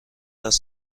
دست